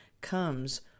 comes